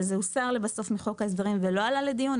אבל זה הוסר בסוף מחוק ההסדרים ולא עלה לדיון.